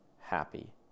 happy